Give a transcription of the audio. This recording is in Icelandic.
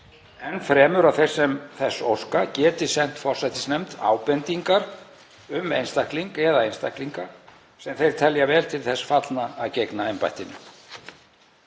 Enn fremur að þeir sem þess óska geti sent forsætisnefnd ábendingar um einstakling eða einstaklinga sem þeir telja vel til þess fallna að gegna embættinu.